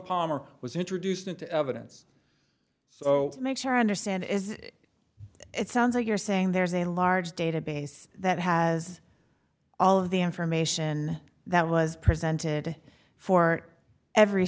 palmer was introduced into evidence so to make sure i understand as it sounds like you're saying there's a large database that has all of the information that was presented for every